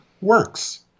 works